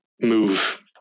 move